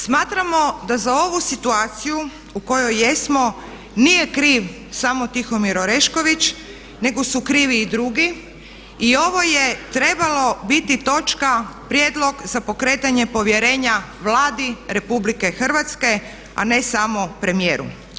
Smatramo da za ovu situaciju u kojoj jesmo nije kriv samo Tihomir Orešković nego su krivi i drugi i ovo je trebalo biti točka prijedlog za pokretanje povjerenja Vladi Republike Hrvatske a ne samo premijeru.